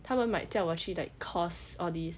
他们 might 叫我去 like course all this